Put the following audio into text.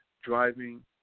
driving